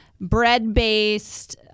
Bread-based